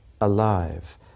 alive